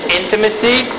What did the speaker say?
intimacy